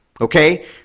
Okay